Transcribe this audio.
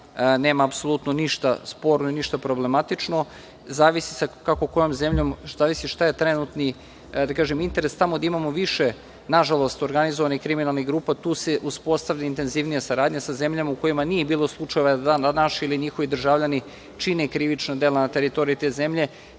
nema apsolutno ništa sporno, ništa problematično. Zavisi sa kako kojom zemljom, zavisi šta je trenutni interes. Tamo gde imamo više, nažalost, organizovanih kriminalnih grupa tu se uspostavlja intenzivnija saradnja, sa zemljama u kojima nije bilo slučajeva, da njihovi državljani čine krivične dela na teritoriji te zemlje,